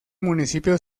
municipio